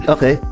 Okay